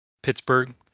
Pittsburgh